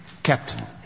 Captain